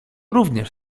również